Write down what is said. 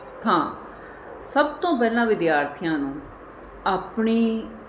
ਥਾਂ ਸਭ ਤੋਂ ਪਹਿਲਾਂ ਵਿਦਿਆਰਥੀਆਂ ਨੂੰ ਆਪਣੀ